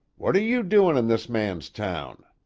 what are you doing in this man's town?